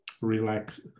relax